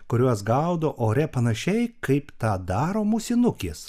kuriuos gaudo ore panašiai kaip tą daro musinukės